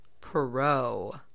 pro